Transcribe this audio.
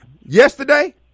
Yesterday